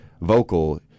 vocal